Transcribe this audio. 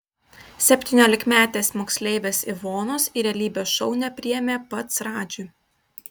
septyniolikmetės moksleivės ivonos į realybės šou nepriėmė pats radži